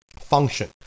function